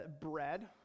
bread